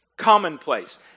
commonplace